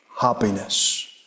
happiness